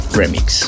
remix